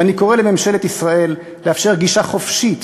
ואני קורא לממשלת ישראל לאפשר גישה חופשית